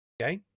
Okay